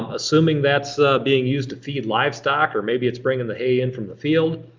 assuming that's being used to feed livestock or maybe it's bringing the hay in from the field,